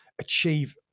achieve